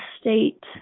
state